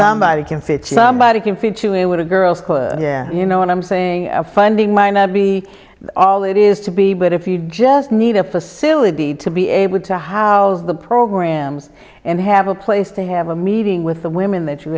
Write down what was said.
somebody can fit somebody can fit to it would have girls could you know what i'm saying funding might not be all it is to be but if you just need a facility to be able to haue the programs and have a place to have a meeting with the women that you